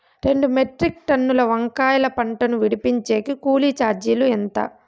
రెండు మెట్రిక్ టన్నుల వంకాయల పంట ను విడిపించేకి కూలీ చార్జీలు ఎంత?